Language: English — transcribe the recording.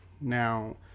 Now